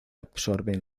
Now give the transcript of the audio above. absorben